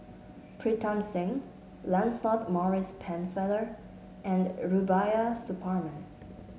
Pritam Singh Lancelot Maurice Pennefather and Rubiah Suparman